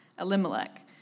Elimelech